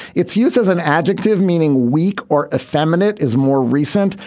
it's used as an adjective meaning weak or effeminate is more recent.